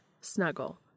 snuggle